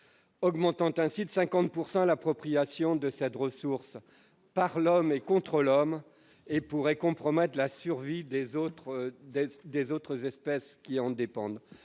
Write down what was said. augmentant ainsi de 50 % l'appropriation de cette ressource par l'homme, et contre l'homme, et pourrait compromettre la survie des autres espèces qui en dépendent.